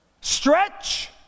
Stretch